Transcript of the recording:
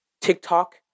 TikTok